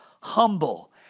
humble